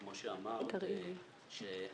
כמו שאמרת,